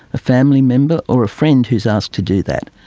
a family member or friend who is asked to do that,